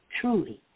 truly